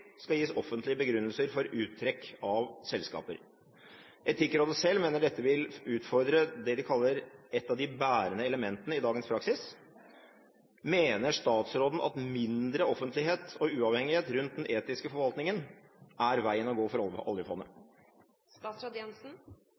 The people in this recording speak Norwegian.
skal gis offentlige begrunnelser for uttrekk av selskap. Etikkrådet selv mener dette vil utfordre «et av de bærende elementene» i dagens praksis. Mener statsråden at mindre offentlighet og uavhengighet rundt den etiske forvaltningen er veien å gå for